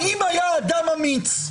האם היה אדם אמיץ,